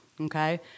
okay